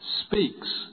speaks